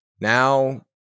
now